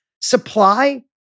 supply